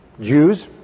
Jews